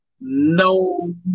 no